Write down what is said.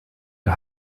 der